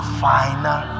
final